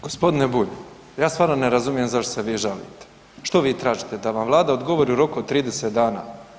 G. Bulj, ja stvarno ne razumijem zašto se vi žalite, što vi tražite da vam Vlada odgovori u roku od 30 dana?